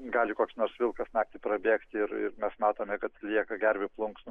gali koks nors vilkas naktį prabėgti ir ir mes matome kad lieka gervių plunksnų